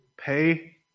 pay